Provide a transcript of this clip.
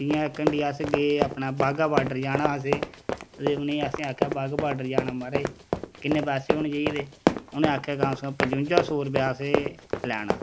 जि'यां इक हंडी गे अस अपने बागा बार्डर जाना हा असें ते उ'नेंगी असें आखेआ बागा बार्डर जाना महाराज उ'नें आखेआ के अस पचुंजा सौ रपेया असें लैना